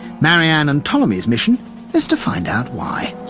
marianne and ptolemy's mission is to find out why.